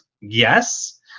Yes